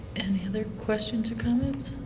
any other questions or comments?